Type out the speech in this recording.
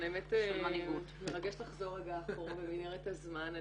האמת שמרגש לחזור רגע אחורה במנהרת הזמן.